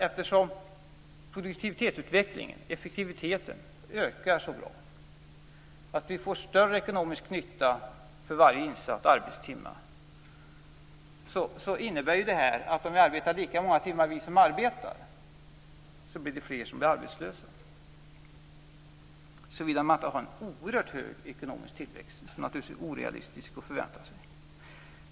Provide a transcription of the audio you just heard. Eftersom produktivitetsutvecklingen, effektiviteten, ökar så bra att vi får större ekonomisk nytta för varje insatt arbetstimme, kommer fler att bli arbetslösa om vi som arbetar fortsätter att arbeta lika många timmar, såvida man inte har en oerhört hög ekonomisk tillväxt, vilket naturligtvis är orealistiskt att förvänta sig.